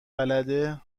بلده